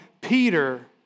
Peter